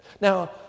Now